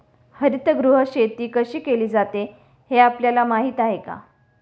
हरितगृह शेती कशी केली जाते हे आपल्याला माहीत आहे का?